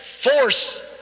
force